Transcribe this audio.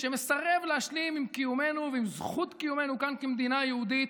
שמסרב להשלים עם קיומנו ועם זכות קיומנו כאן כמדינה יהודית,